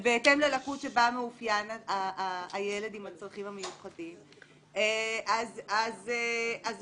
בה מאופיין הילד עם הצרכים המיוחדים, ואז